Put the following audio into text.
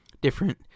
different